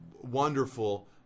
wonderful